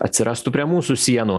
atsirastų prie mūsų sienų